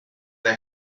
they